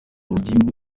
urugimbu